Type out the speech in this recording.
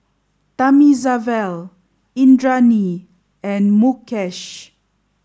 Thamizhavel Indranee and Mukesh